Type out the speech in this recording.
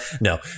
No